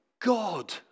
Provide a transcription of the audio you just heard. God